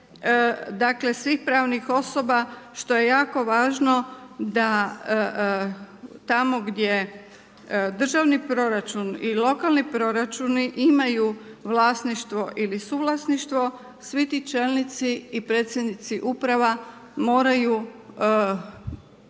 dakle svih pravnih osoba što je jako važno da tamo gdje državni proračun i lokalni proračuni imaju vlasništvo ili suvlasništvo, svi ti čelnici i predsjednici uprava moraju